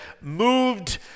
moved